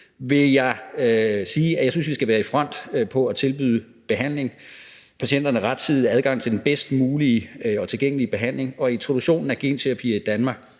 vil jeg sige, at jeg synes, vi skal være i front med at tilbyde patienterne rettidig adgang til den bedst mulige og tilgængelige behandling, og introduktionen af genterapier i Danmark